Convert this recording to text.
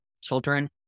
children